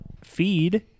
feed